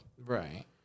Right